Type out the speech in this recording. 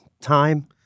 time